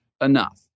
enough